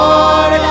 Lord